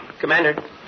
Commander